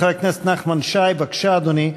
חבר הכנסת נחמן שי, בבקשה, אדוני.